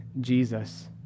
Jesus